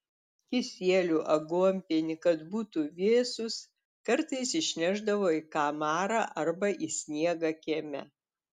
kisielių aguonpienį kad būtų vėsūs kartais išnešdavo į kamarą arba į sniegą kieme